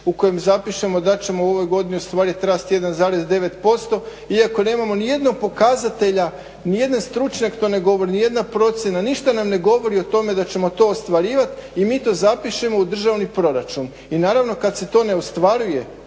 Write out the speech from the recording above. u kojem zapišemo da ćemo u ovoj godini ostvariti rast 1,9% iako nemamo nijednog pokazatelja, nijedan stručnjak to ne govori, nijedna procjena. Ništa nam ne govori o tome da ćemo to ostvarivati i mi to zapišemo u državni proračun. I naravno kad se to ne ostvaruje